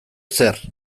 zer